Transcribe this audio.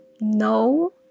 no